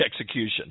execution